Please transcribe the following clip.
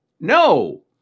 no